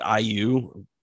IU